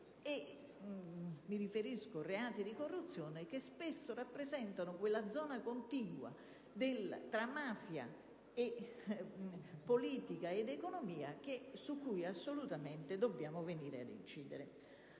Mi riferisco ai reati di corruzione, che spesso rappresentano quella zona contigua tra mafia, politica ed economia sulla quale dobbiamo assolutamente venire a incidere.